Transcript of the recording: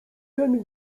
ten